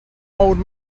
old